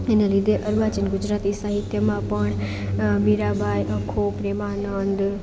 એના લીધે અર્વાચીન ગુજરાતી સાહિત્યમાં પણ મીરાબાઈ અખો પ્રેમાનંદ